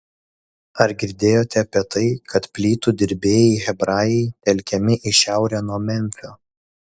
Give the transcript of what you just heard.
ar girdėjote apie tai kad plytų dirbėjai hebrajai telkiami į šiaurę nuo memfio